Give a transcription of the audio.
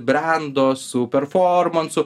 brendą su performansu